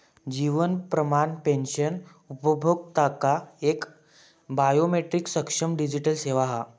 जीवन प्रमाण पेंशन उपभोक्त्यांका एक बायोमेट्रीक सक्षम डिजीटल सेवा हा